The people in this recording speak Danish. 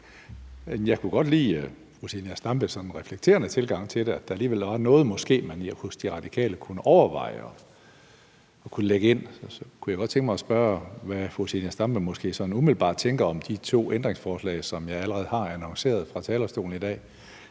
Jeg kunne godt lide fru Zenia Stampes sådan reflekterende tilgang til det, og at der alligevel var noget måske, man hos De Radikale kunne overveje at kunne lægge ind. Så kunne jeg godt tænke mig at spørge, hvad fru Zenia Stampe sådan umiddelbart tænker om de to ændringsforslag, som jeg allerede har annonceret fra talerstolen i dag?